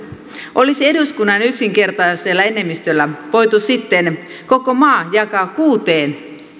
olisi eduskunnan yksinkertaisella enemmistöllä voitu sitten koko maa jakaa kuuteen